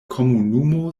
komunumo